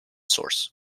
source